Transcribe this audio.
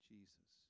Jesus